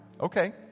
Okay